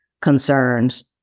concerns